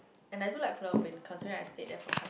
and I do like Pulau-Ubin constant rise it therefore